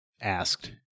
asked